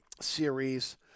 series